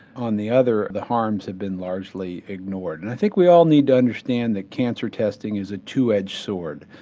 on the other the harms have been largely ignored and i think we all need to understand that cancer testing is a two-edged sword.